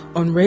on